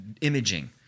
imaging